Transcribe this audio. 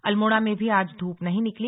अल्मोड़ा में भी आज धूप नहीं निकली